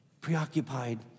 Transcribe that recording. preoccupied